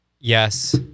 yes